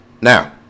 Now